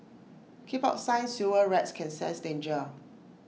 keep out sign sewer rats can sense danger